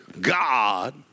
God